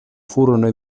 furono